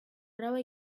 roba